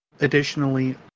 additionally